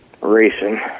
racing